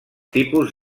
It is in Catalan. tipus